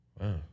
Wow